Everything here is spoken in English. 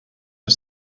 are